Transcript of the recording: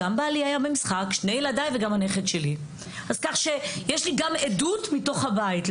בעלי ושני ילדיי והנכד היו במשחק כך שיש לי גם עדות מתוך הבית.